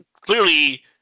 clearly